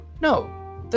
No